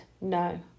no